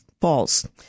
False